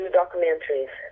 documentaries